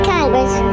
Congress